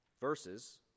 verses